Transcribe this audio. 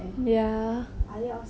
are they all single or not